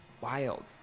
wild